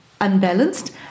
unbalanced